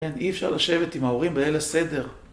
אי אפשר לשבת עם ההורים בליל הסדר